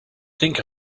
think